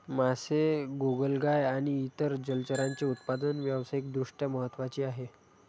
मासे, गोगलगाय आणि इतर जलचरांचे उत्पादन व्यावसायिक दृष्ट्या महत्त्वाचे आहे